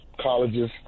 colleges